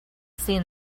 seen